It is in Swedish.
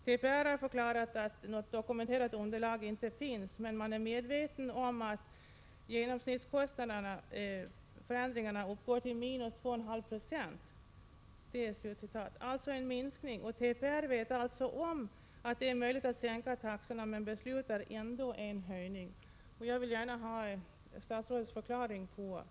Transportrådet har förklarat att något dokumenterat underlag inte finns, men man är medveten om att förändringarna i genomsnittskostnaderna uppgår till —2,5 90. Det innebär alltså en minskning. Transportrådet vet alltså om att det är möjligt att sänka taxorna, men beslutar ändå att höja dem. Jag vill gärna ha statsrådets förklaring till detta.